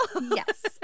Yes